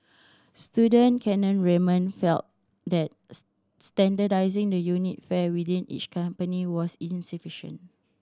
student Kane Raymond felt that standardising the unit fare within each company was insufficient